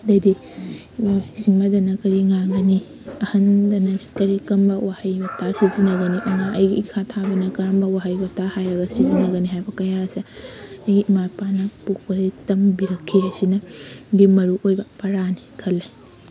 ꯑꯗꯩꯗꯤ ꯁꯤꯃꯗꯅ ꯀꯔꯤ ꯉꯥꯡꯒꯅꯤ ꯑꯍꯟꯗꯅ ꯀꯔꯤ ꯀꯔꯝꯕ ꯋꯥꯍꯩ ꯋꯥꯇꯥ ꯁꯤꯖꯤꯟꯅꯒꯅꯤ ꯑꯗꯨꯒ ꯑꯩꯒꯤ ꯏꯈꯥ ꯊꯥꯕꯅ ꯀꯔꯝꯕ ꯋꯥꯍꯩ ꯋꯥꯇꯥ ꯍꯥꯏꯔꯒ ꯁꯤꯖꯤꯟꯅꯒꯅꯤ ꯍꯥꯏꯕ ꯀꯌꯥꯁꯦ ꯑꯩꯒꯤ ꯏꯃꯥ ꯏꯄꯥꯅ ꯄꯣꯛꯄꯗꯒꯤ ꯇꯝꯕꯤꯔꯛꯈꯤ ꯑꯁꯤꯅ ꯑꯗꯨꯝ ꯃꯔꯨ ꯑꯣꯏꯕ ꯄꯔꯥꯅꯤ ꯈꯜꯂꯦ